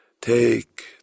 Take